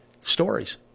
Stories